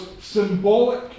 symbolic